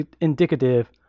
indicative